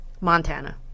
Montana